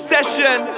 Session